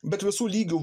bet visų lygių